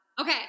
Okay